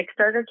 Kickstarter